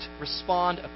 respond